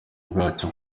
bwacyo